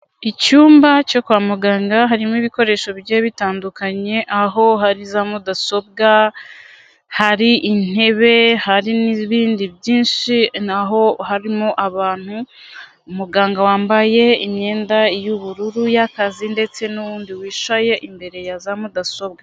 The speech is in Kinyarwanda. Icyumba cyo kwa muganga harimo ibikoresho bigiye bitandukanye aho hari za mudasobwa, hari intebe, hari n'ibindi byinshi naho harimo abantu, umuganga wambaye imyenda y'ubururu y'akazi ndetse n'undi wicaye imbere ya za mudasobwa.